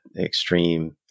extreme